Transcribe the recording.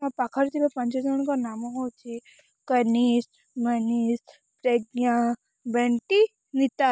ମୋ ପାଖରେ ଥିବା ପାଞ୍ଚ ଜଣଙ୍କ ନାମ ହଉଛି କନିର ମନିର ପ୍ରଜ୍ଞା ବଣ୍ଟି ନିତା